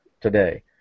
today